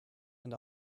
and